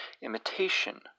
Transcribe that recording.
imitation